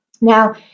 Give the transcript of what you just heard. Now